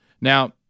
Now